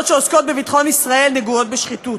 שעוסקות בביטחון ישראל נגועות בשחיתות.